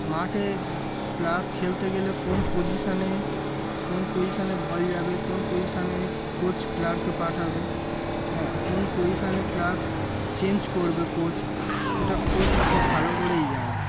মাঠে প্লেয়ার খেলতে গেলে কোন পজিশনে কোন পজিশনে বল যাবে কোন পজিশনে কোচ প্লেয়ারকে পাঠাবে হ্যাঁ কোন পজিশনে প্লেয়ার চেঞ্জ করবে কোচ সেটা কোচ খুব ভালো করেই জানে